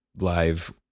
live